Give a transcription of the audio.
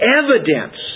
evidence